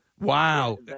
Wow